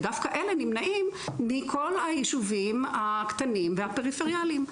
ודווקא אלה נמנעים מכל היישובים הקטנים והפריפריאליים.